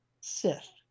Sith